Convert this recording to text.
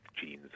genes